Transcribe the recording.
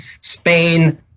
Spain